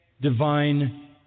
divine